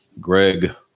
Greg